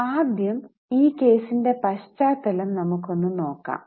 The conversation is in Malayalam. ആദ്യം ഈ കേസിന്റെ പശ്ചാത്തലം നമ്മുക് ഒന്ന് നോക്കാം